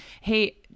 Hey